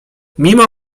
mimo